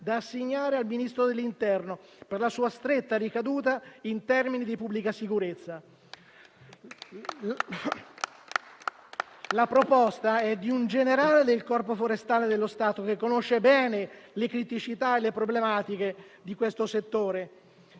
da assegnare al Ministro dell'interno, per la sua stretta ricaduta in termini di pubblica sicurezza. La proposta è di un generale del Corpo forestale dello Stato che conosce bene le criticità e le problematiche di questo settore.